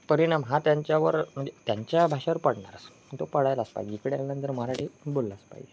परिणाम हा त्यांच्यावर म्हणजे त्यांच्या भाषेवर पडणारच आणि तो पडायलाच पाहिजे इकडे आल्यानंतर मराठी बोललाच पाहिजे